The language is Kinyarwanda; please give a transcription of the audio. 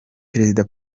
perezida